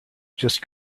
just